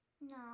No